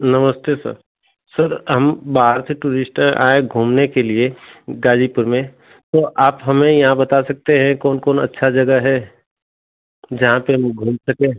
नमस्ते sir sir हम बाहर से टुरिस्टर आए घूमने के लिए गाजीपुर में तो आप हमें यहाँ बता सकते हैं कौन कौन अच्छा जगह है जहाँ पर हम घूम सकें